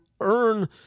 earn